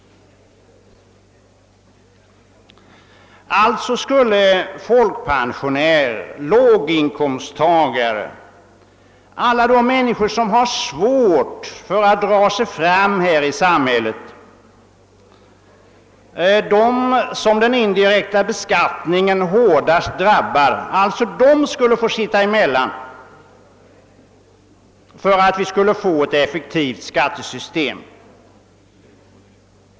Folkpensionärer, låginkomsttagare och över huvud taget alla som har svårt att klara sig i samhället skulle få sitta emellan eftersom de drabbas hårdast av denna beskattning, och detta för att vi skall få ett effektivt skattesystem.